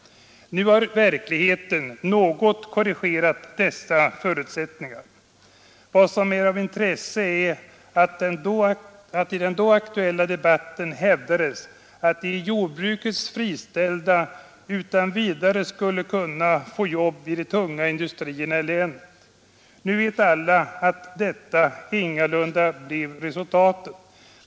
Nu har verkligheten något korrigerat detta socialdemokratiska program. Vad som är av intresse är att den då aktuella debatten hävdade att de i jordbruket friställda utan vidare skulle kunna få jobb i de tunga industrierna i länet. Nu vet alla att detta ingalunda blev resultatet.